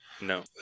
no